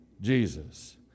Jesus